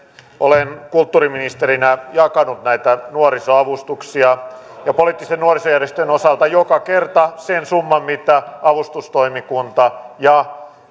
olen kulttuuriministerinä jakanut näitä nuorisoavustuksia ja poliittisten nuorisojärjestöjen osalta joka kerta sen summan mitä avustustoimikunta ja